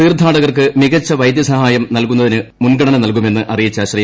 തീർത്ഥാടകർക്ക് മികച്ച വൈദ്യ സഹായം നൽകുന്നതിന് മുൻഗണന നൽകുമെന്ന് അറിയിച്ച ശ്രീ